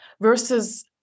Versus